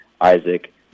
Isaac